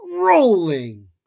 rolling